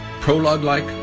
prologue-like